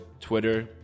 Twitter